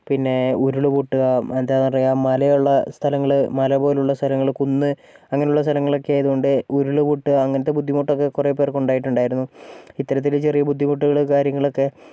പിന്നെ ഉരുൾപൊട്ടുക എന്താ പറയുക മലയുള്ള സ്ഥലങ്ങൾ മലപോലെയുള്ള സ്ഥലങ്ങൾ കുന്ന് അങ്ങനെയുള്ള സ്ഥലങ്ങളൊക്കെ ആയതുകൊണ്ട് ഉരുൾപൊട്ടുക അങ്ങനത്ത ബുദ്ധിമുട്ടൊക്കെ കുറേ പേർക്കുണ്ടായിട്ടുണ്ടായിരുന്നു ഇത്തരത്തിൽ ചെറിയ ബുദ്ധിമുട്ടുകൾ കാര്യങ്ങളൊക്കെ